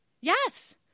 Yes